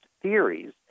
theories